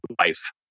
life